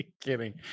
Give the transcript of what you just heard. kidding